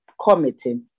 committee